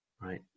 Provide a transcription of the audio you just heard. right